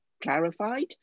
Clarified